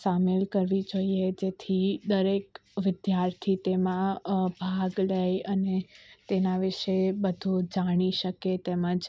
શામેલ કરવી જોઈએ જેથી દરેક વિદ્યાર્થી તેમાં ભાગ લે અને તેના વિશે બધું જાણી શકે તેમજ